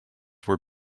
were